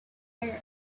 and